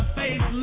face